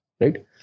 right